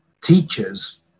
teachers